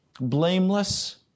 blameless